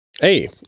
Hey